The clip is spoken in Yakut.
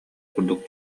курдук